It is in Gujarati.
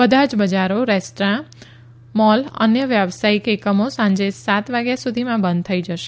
બધા જ બજારો રેસ્ટોરાં મોલ અન્ય વ્યાવસાયિક એકમો સાંજે સાત વાગ્યા સુધીમાં બંધ થઇ જશે